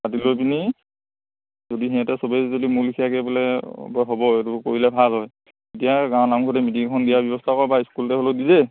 পাতি লৈ পিনি যদি সিহঁতে চবেই যদি মোৰ লিখীয়াকৈ বোলে হ'ব এইটো কৰিলে ভাল হয় তেতিয়া গাঁৱৰ নামঘৰতে মিটিং এখন দিয়াৰ ব্যৱস্থা কৰ বা স্কুলতে হ'লেও দি দে